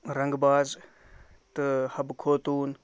رَنٛگ باز تہٕ حبہٕ خوتوٗن